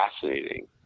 fascinating